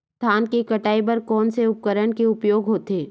धान के कटाई बर कोन से उपकरण के उपयोग होथे?